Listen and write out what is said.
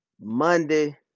Monday